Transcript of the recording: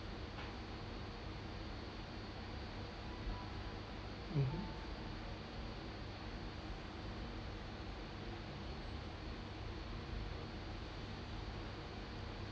mmhmm